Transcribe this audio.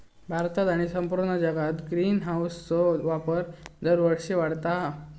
भारतात आणि संपूर्ण जगात ग्रीनहाऊसचो वापर दरवर्षी वाढता हा